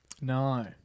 No